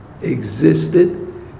existed